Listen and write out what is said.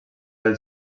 del